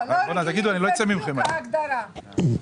הרב גפני,